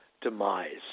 demise